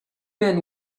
men